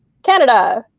canada.